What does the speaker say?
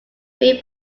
made